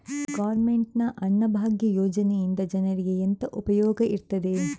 Government ನ ಅನ್ನಭಾಗ್ಯ ಯೋಜನೆಯಿಂದ ಜನರಿಗೆಲ್ಲ ಎಂತ ಉಪಯೋಗ ಇರ್ತದೆ?